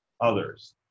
others